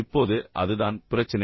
இப்போது அதுதான் பிரச்சினை